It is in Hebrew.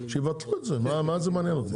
שיבטלו את זה מה זה מעניין אותי.